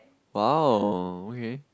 !wow! okay